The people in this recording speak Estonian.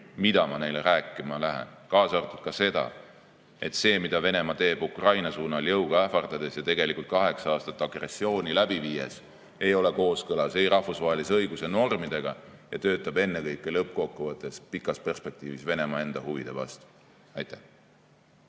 mida ma neile rääkima lähen, kaasa arvatud seda, et see, mida Venemaa teeb Ukraina suunal jõuga ähvardades ja tegelikult kaheksa aasta jooksul agressiooni läbi viies, ei ole kooskõlas rahvusvahelise õiguse normidega ja töötab ennekõike lõppkokkuvõttes pikas perspektiivis Venemaa enda huvide vastu. Kristina